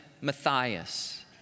Matthias